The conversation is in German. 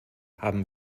haben